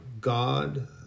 God